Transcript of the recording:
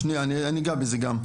שנייה אני אגע בזה גם,